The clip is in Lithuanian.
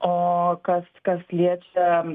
o kas kas liečia